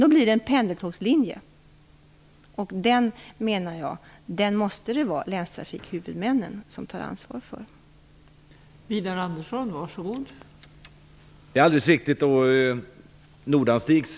Det blir därför fråga om en pendeltågslinje, och jag menar att det måste vara länstrafikhuvudmännen som tar ansvar för den.